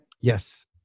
Yes